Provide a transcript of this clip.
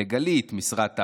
לגלית משרד תעמולה,